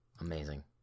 Amazing